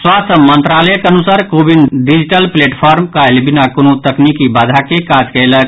स्वास्थ्य मंत्रालयक अनुसार कोविन डिजिटल प्लेटफार्म काल्हि बिना कोनो तकनीकी बाधा के काज कयलक